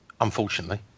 unfortunately